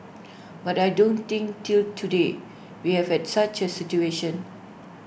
but I don't think till today we have had such A situation